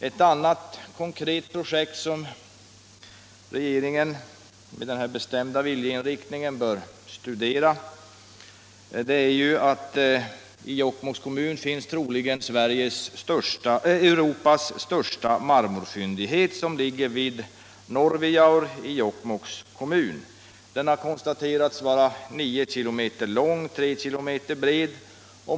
Ett annat konkret projekt, som regeringen — med den här bestämda viljeinriktningen — bör studera är följande: I Jokkmokks kommun finns troligen Europas största marmorfyndighet, som ligger vid Nårvejaur i Jokkmokks kommun. Den har konstaterats vara 9 km lång och 3 km bred.